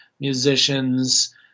musicians